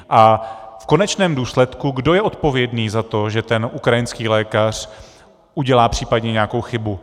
A v konečném důsledku, kdo je odpovědný za to, že ten ukrajinský lékař udělá případně nějakou chybu?